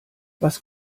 was